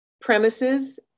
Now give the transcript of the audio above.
Premises